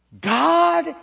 God